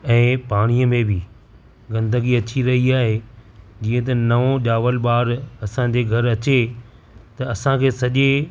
ऐं पाणीअ मे बि गंदगी अची रही आहे जीअं त नओं ॼावलु ॿारु असांजे घरु अचे त असांखे सॼे